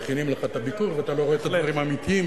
מכינים לך את הביקור ואתה לא רואה את הדברים האמיתיים,